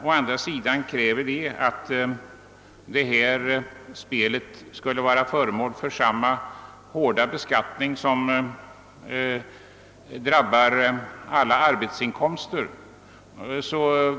Å andra sidan kräver motionärerna, att totalisatorspel skall bli föremål för samma hårda beskattning som drabbar alla arbetsinkomster.